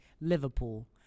Liverpool